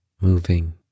Moving